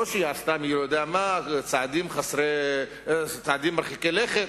לא שהיא עשתה מי יודע מה צעדים מרחיקי לכת.